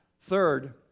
Third